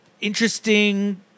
interesting